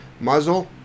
muzzle